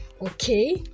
okay